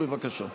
בבקשה.